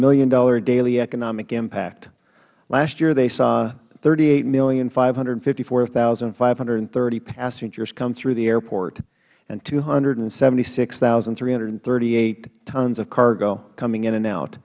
million daily economic impact last year they saw thirty eight million five hundred and fifty four thousand five hundred and thirty passengers come through the airport and two hundred and seventy six three hundred and thirty eight tons of cargo coming in and out